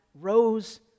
rose